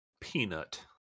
Peanut